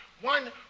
one